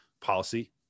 policy